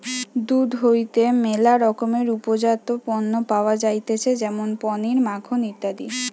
দুধ হইতে ম্যালা রকমের উপজাত পণ্য পাওয়া যাইতেছে যেমন পনির, মাখন ইত্যাদি